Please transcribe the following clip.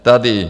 Tady...